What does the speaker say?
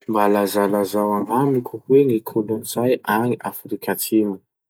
Mba lazalazao agnamiko hoe ny kolotsay agny Afrika Atsimo?